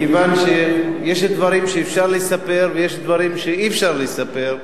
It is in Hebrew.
מכיוון שיש דברים שאפשר לספר ויש דברים שאי-אפשר לספר.